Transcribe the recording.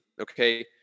okay